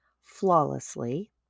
flawlessly